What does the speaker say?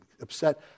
upset